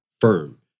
firm